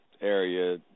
area